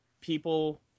people